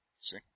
See